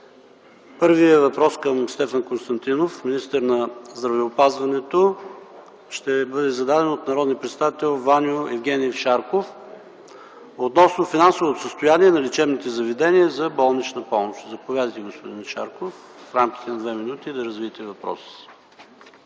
Първият въпрос към Стефан Константинов – министър на здравеопазването, ще бъде зададен от народния представител Ваньо Евгениев Шарков относно финансовото състояние на лечебните заведения за болнична помощ. Заповядайте, господин Шарков, да развиете въпроса